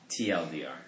TLDR